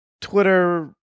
Twitter